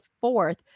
fourth